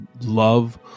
love